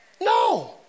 No